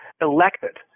elected